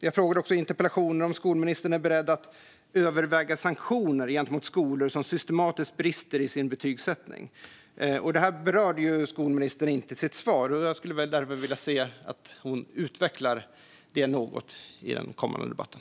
Jag frågade i interpellationen om skolministern är beredd att överväga sanktioner gentemot skolor som systematiskt brister i sin betygsättning. Skolministern berörde inte det här i sitt svar, och jag skulle därför vilja se att hon utvecklar det något i den kommande debatten.